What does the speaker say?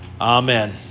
Amen